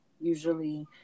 usually